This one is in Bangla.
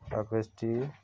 আকৃষ্ট